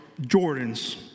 Jordans